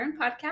podcast